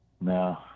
no